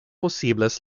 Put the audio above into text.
posibles